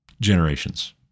Generations